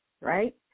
right